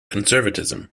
conservatism